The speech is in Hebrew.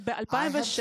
ב-2007,